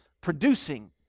producing